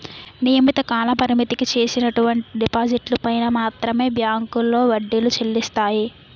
నియమిత కాలపరిమితికి చేసినటువంటి డిపాజిట్లు పైన మాత్రమే బ్యాంకులో వడ్డీలు చెల్లిస్తాయి